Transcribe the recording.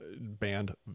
banned